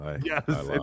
Yes